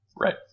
Right